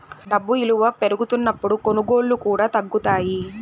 డబ్బు ఇలువ పెరుగుతున్నప్పుడు కొనుగోళ్ళు కూడా తగ్గుతాయి